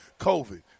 COVID